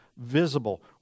visible